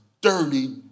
dirty